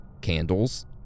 candles